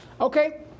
Okay